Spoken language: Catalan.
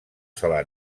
sola